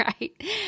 right